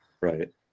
right